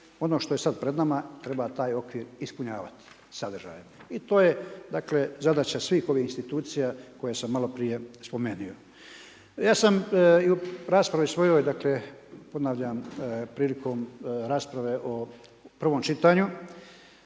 Ono što je sada pred nama treba taj okvir ispunjavati sadržajno. I to je dakle zadaća svih ovih institucija koje sam malo prije spomenuo. Ja sam i u raspravi svojoj dakle ponavljam prilikom rasprave u prvom čitanju